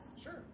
Sure